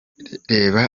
reba